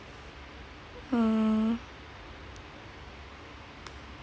err